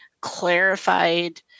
clarified